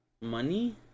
Money